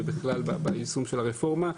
ובכלל ביישום הרפורמה,